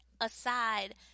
aside